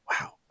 Wow